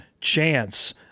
chance